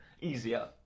easier